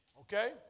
okay